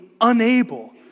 unable